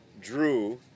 Drew